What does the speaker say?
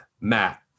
Matt